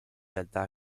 realtà